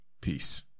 Peace